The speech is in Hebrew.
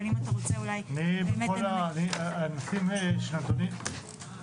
אבל אם אתה רוצה --- הנושאים שנידונים פה